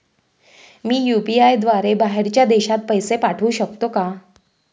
मी UPI द्वारे बाहेरच्या देशात पैसे पाठवू शकतो का?